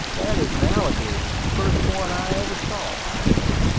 that is an alligator, the first one i ever saw, i added.